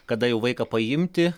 kada jau vaiką paimti